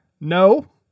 No